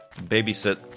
babysit